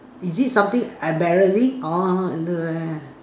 is it something embarrassing orh underwear